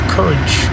Courage